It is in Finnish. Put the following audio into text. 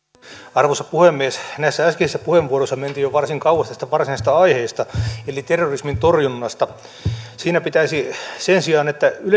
arvoisa puhemies näissä äskeisissä puheenvuoroissa mentiin jo varsin kauas varsinaisesta aiheesta eli terrorismin torjunnasta sen sijaan että